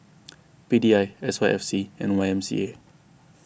P D I S Y F C and Y M C A